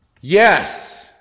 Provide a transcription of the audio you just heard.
Yes